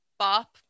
bop